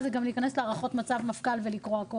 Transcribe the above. זה גם להיכנס להערכות מצב מפכ"ל ולקרוא הכול.